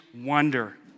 wonder